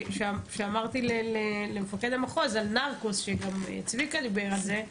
כשאמרתי למפקד המחוז על נרקוס שגם צביקה דיבר על זה.